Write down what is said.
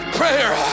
prayer